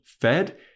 fed